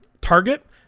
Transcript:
target